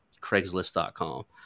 Craigslist.com